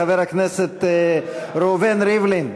חבר הכנסת ראובן ריבלין,